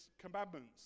commandments